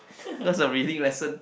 cause of reading lesson